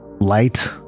light